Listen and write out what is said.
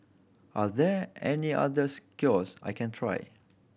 are there any others cures I can try